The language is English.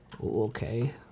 Okay